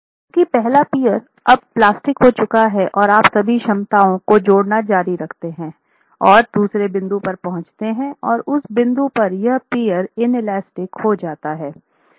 क्योंकि पहला पीअर अब प्लास्टिक हो चुका है और आप सभी क्षमताओं को जोड़ना जारी रखते हैं और दूसरे बिंदु पर पहुंचते हैं और उस बिंदु पर वह पीअर इनेलास्टिक हो जाता है